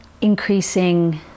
increasing